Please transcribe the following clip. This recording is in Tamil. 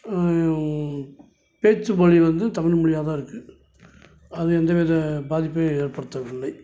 பேச்சுமொழி வந்து தமிழ் மொழியா தான் இருக்குது அது எந்த வித பாதிப்பையும் ஏற்படுத்தவில்லை